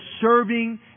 serving